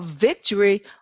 victory